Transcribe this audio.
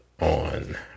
on